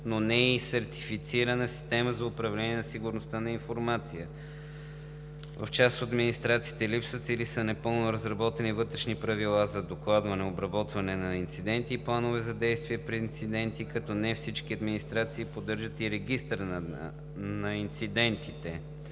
но не сертифицирана системата за управление на сигурността на информацията; в част от администрациите липсват или са непълно разработени вътрешни правила за докладване, обработване на инциденти и планове за действие при инциденти, като не всички администрации поддържат регистър на инцидентите;